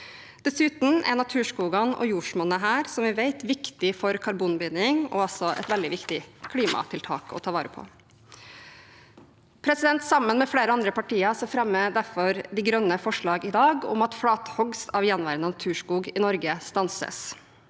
Dessuten er naturskogene og jordsmonnet her, som vi vet, viktig for karbonbinding og også et veldig viktig klimatiltak å ta vare på. Sammen med flere andre partier fremmer derfor De Grønne forslag i dag om – at flatehogst av gjenværende naturskog i Norge stanses